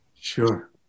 Sure